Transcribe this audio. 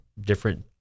different